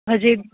ਅਜੇ